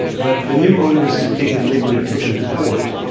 but the new owners of piggly wiggly took him to court,